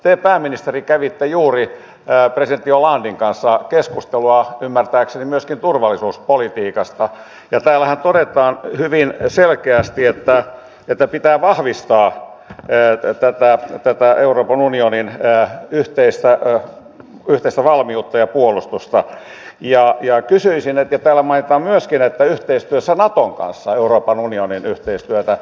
te pääministeri kävitte juuri presidentti hollanden kanssa keskustelua ymmärtääkseni myöskin turvallisuuspolitiikasta ja täällähän todetaan hyvin selkeästi että pitää vahvistaa tätä euroopan unionin yhteistä valmiutta ja puolustusta ja täällä mainitaan myöskin että yhteistyössä naton kanssa euroopan unionin yhteistyötä